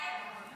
הסתייגות 25 לא